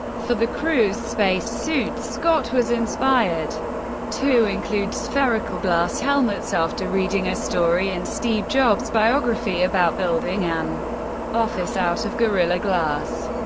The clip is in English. for the crew's space suits, scott was inspired to include spherical glass helmets after reading a story in steve jobs' biography about building an office out of gorilla glass.